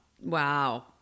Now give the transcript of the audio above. Wow